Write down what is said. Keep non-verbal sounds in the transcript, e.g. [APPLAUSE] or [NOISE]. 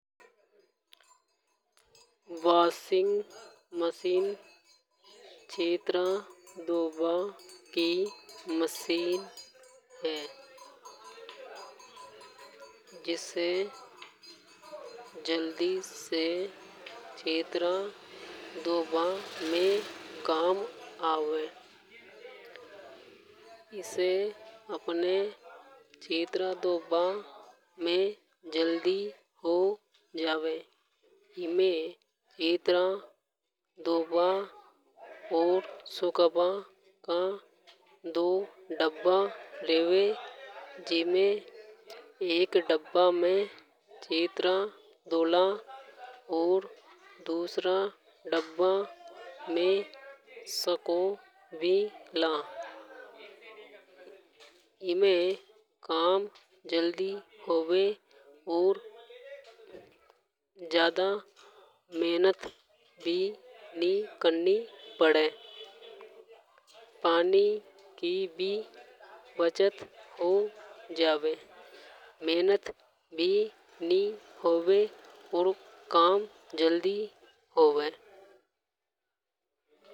Washing machine छितरा धोबा कि मशीन हे। [NOISE] जिसे जल्दी से छितरा धोबा में काम आवे। इसे अपने छितरा धोबा में जल्दी हो जावे। एमे छितरा धोबा और सूखाबा का दो डब्बा रेवे। जीमे एक डब्बा में छितरा धोला और। दूसरा डब्बा में सको भी ला। एमे काम जल्दी होवे और ज्यादा मेहनत भी नि करनी पड़े। पानी की भी बचत हो जावे। मेहनत भी नि होवे। और काम जल्दी होवे।